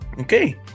okay